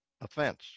offense